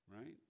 Right